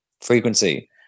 frequency